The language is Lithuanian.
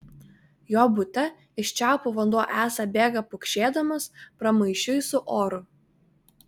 jo bute iš čiaupų vanduo esą bėga pukšėdamas pramaišiui su oru